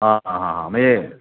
हां हां हां हां मए